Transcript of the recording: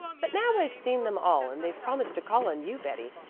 but now i've seen them all and they've promised to call on you, betty,